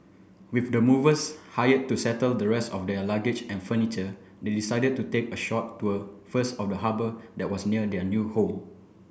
with the movers hired to settle the rest of their luggage and furniture they decided to take a short tour first of the harbour that was near their new home